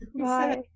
Bye